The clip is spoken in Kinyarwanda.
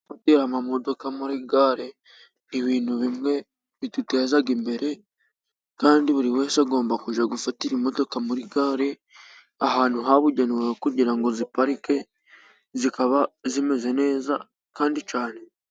Gutega imodoka muri gare ni ibintu bimwe biduteza imbere, kandi buri wese agomba kujya gufatira imodoka muri gare, ahantu habugenewe ho kugira ngo ziparike, zikaba zimeze neza kandi cyane.